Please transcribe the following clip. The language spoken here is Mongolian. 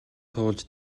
туулж